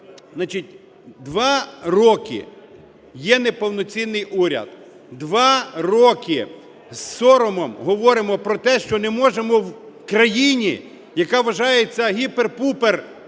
два роки є неповноцінний уряд. Два роки із соромом говоримо про те, що не можемо в країні, яка вважаєтьсягіпер-пупер